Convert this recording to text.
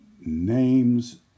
names